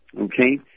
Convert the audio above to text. Okay